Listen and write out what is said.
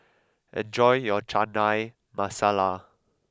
enjoy your Chana Masala